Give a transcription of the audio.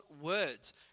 words